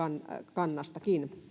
kannasta